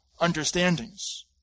understandings